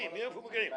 מאיפה הם מגיעים?